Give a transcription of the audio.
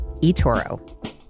eToro